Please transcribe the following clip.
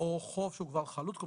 או חוב שהוא כבר חלוט,